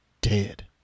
dead